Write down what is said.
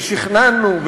ושכנענו,